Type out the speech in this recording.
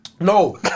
No